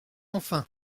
enfin